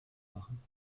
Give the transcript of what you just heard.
machen